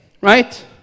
right